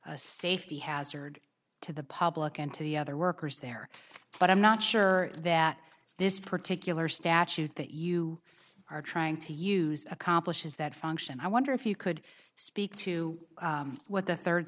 a safety hazard to the public and to the other workers there but i'm not sure that this particular statute that you are trying to use accomplishes that function i wonder if you could speak to what the third